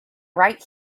right